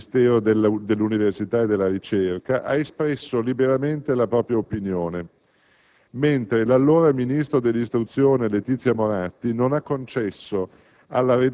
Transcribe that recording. al Ministero dell'università e ricerca, ha espresso liberamente la propria opinione, mentre l'allora ministro dell'istruzione Letizia Moratti non ha concesso